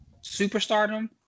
superstardom